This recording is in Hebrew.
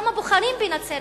למה בוחרים בנצרת-עילית?